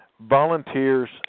volunteers